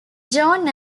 john